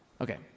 Okay